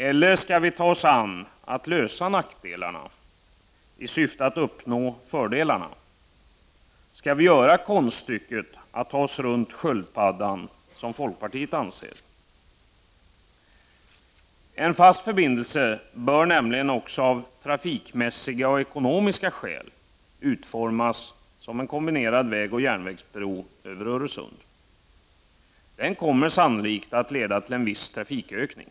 Eller skall vi ta oss an arbetet att komma till rätta med nackdelarna i syfte att uppnå fördelarna? Skall vi ge oss på konststycket att ta oss runt sköldpaddan, något som folkpartiet anser? En fast förbindelse bör också av trafikmässiga och ekonomiska skäl utformas som en kombinerad vägoch järnvägsbro över Öresund. Den kommer sannolikt att leda till en viss trafikökning.